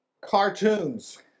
cartoons